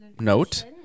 note